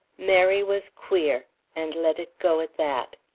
mary was queer and let it go at that.